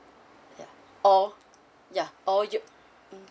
ya or ya or you mm